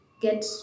get